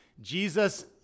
Jesus